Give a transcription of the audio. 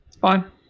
fine